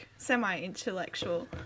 semi-intellectual